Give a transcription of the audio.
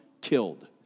killed